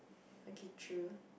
okay true